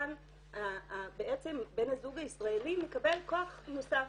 כאן בן הזוג הישראלי מקבל כוח נוסף.